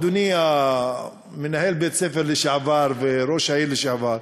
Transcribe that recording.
אדוני מנהל בית-הספר לשעבר וראש העיר לשעבר,